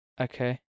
Okay